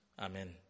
Amen